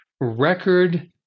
record